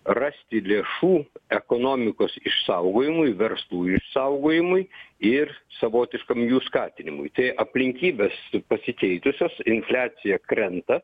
rasti lėšų ekonomikos išsaugojimui verslų išsaugojimui ir savotiškam jų skatinimui tai aplinkybės pasikeitusios infliacija krenta